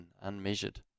unmeasured